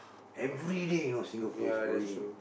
everyday you know Singapore is growing